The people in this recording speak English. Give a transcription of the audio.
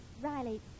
Riley